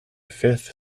fifth